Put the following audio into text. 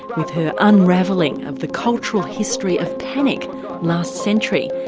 with her unraveling of the cultural history of panic last century,